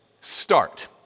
start